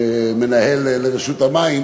מנהל רשות המים,